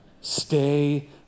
Stay